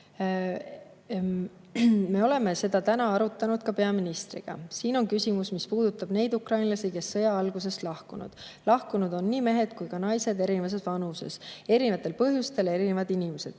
"Me oleme seda täna arutanud ka peaministriga. Siin on küsimus, mis puudutab neid ukrainlasi, kes sõja algusest lahkunud. Lahkunud on nii mehed kui ka naised erinevas vanuses, erinevatel põhjustel erinevad inimesed.